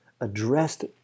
addressed